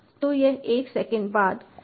तो यह 1 सेकंड के बाद प्रिंट करता है